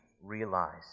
realize